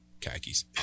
khakis